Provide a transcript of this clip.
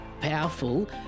powerful